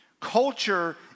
Culture